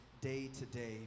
day-to-day